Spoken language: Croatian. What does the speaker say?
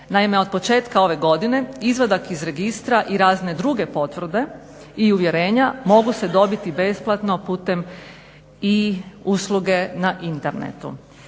Naime, od početka ove godine izvadak iz registra i razne druge potvrde i uvjerenja mogu se dobiti besplatno putem i usluge na internetu.